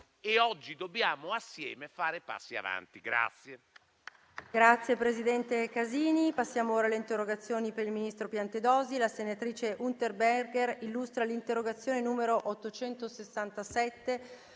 e oggi dobbiamo assieme fare passi avanti.